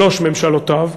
שלוש ממשלותיו,